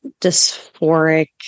dysphoric